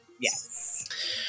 Yes